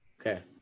Okay